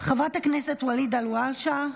חבר הכנסת ואליד אלהואשלה,